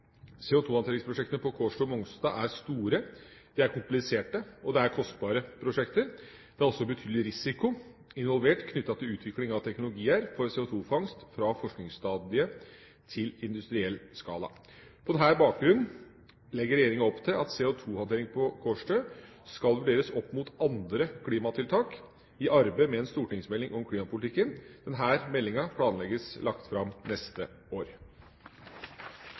på Kårstø og Mongstad er store, de er kompliserte, og det er kostbare prosjekter. Det er også betydelig risiko involvert knyttet til utvikling av teknologier for CO2-fangst fra forskningsstadiet til industriell skala. På denne bakgrunn legger regjeringa opp til at CO2-håndtering på Kårstø skal vurderes opp mot andre klimatiltak i arbeidet med en stortingsmelding om klimapolitikken. Denne meldingen planlegges lagt fram neste år.